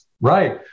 Right